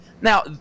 Now